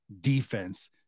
defense